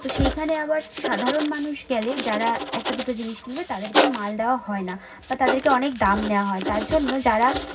তো সেইখানে আবার সাধারণ মানুষ গেলে যারা একটা দুটো জিনিস কিনবে তাদেরকে মাল দেওয়া হয় না বা তাদেরকে অনেক দাম নেওয়া হয় তার জন্য যারা